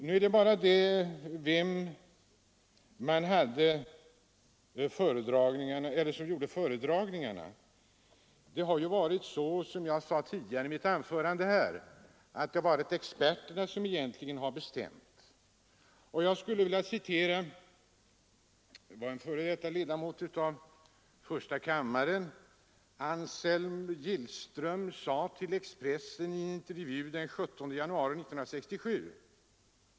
Men frågan är ju vem som stod för de föredragningarna. Som jag sade i mitt förra anförande har det egentligen varit experterna som har fått bestämma i detta fall. Jag vill här citera vad en före detta ledamot av första kammaren, Anselm Gillström, sade om Viggenproblemet i en intervju i Expressen den 17 januari 1967.